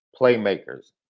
playmakers